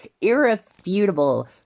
irrefutable